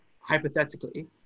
hypothetically